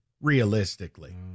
realistically